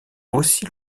aussi